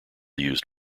used